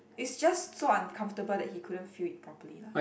it's just so uncomfortable that he couldn't feel it properly lah